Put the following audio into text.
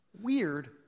Weird